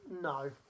No